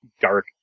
dark